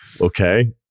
okay